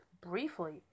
briefly